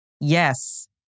Yes